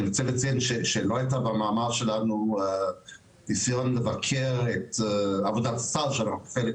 אני רוצה לציין שלא היה במאמר שלנו ניסיון לבקר את עבודת הסל של וועדת